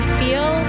feel